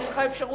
יש לך אפשרות,